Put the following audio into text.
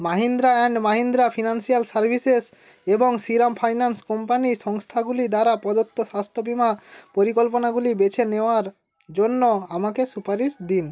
Mahindra and Mahindra financial services এবং Shriram finance company সংস্থাগুলি দ্বারা প্রদত্ত স্বাস্থ্য বিমা পরিকল্পনাগুলি বেছে নেওয়ার জন্য আমাকে সুপারিশ দিন